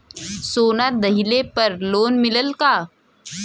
सोना दहिले पर लोन मिलल का?